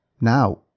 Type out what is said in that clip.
Now